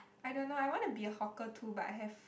I don't know I want to be a hawker too but I have